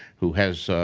who has